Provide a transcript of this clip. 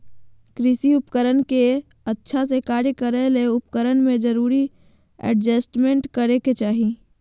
कृषि उपकरण के अच्छा से कार्य करै ले उपकरण में जरूरी एडजस्टमेंट करै के चाही